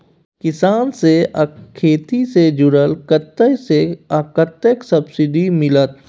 किसान से आ खेती से जुरल कतय से आ कतेक सबसिडी मिलत?